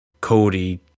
Cody